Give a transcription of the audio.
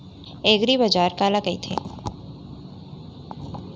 एगरीबाजार काला कहिथे?